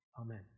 Amen